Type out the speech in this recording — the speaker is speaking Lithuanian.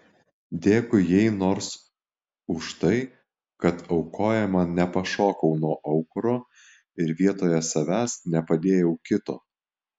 dėkui jai nors už tai kad aukojama nepašokau nuo aukuro ir vietoje savęs nepadėjau kito